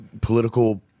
political